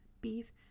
Beef